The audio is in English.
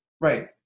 Right